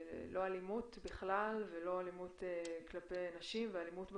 לא אלימות בכלל ולא אלימות כלפי נשים ואלימות במשפחה.